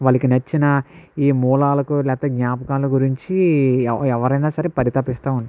వాళ్ళకి నచ్చిన ఈ మూలాలకు లేకపోతే జ్ఞాపకాల గురించి ఎవ ఎవరైనా సరే పరితపిస్తాం